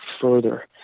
further